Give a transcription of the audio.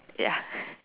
ya